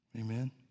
Amen